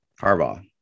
Harbaugh